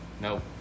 No